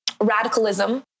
radicalism